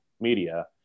media